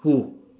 who